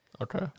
Okay